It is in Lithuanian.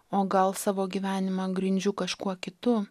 o gal savo gyvenimą grindžiu kažkuo kitu